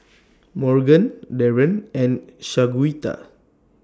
Morgan Darren and Shaquita